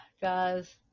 guys